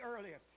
earlier